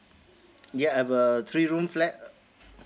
yeah I have a three room flat